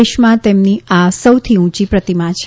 દેશમાં તેમની આ સાંથી ઉંચી પ્રતિમા છે